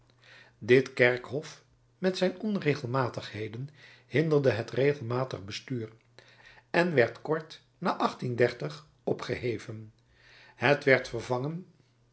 dit kerkhof met zijn onregelmatigheden hinderde het regelmatig bestuur en werd kort na opgeheven het werd vervangen